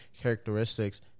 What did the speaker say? characteristics